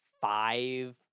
five